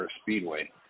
Speedway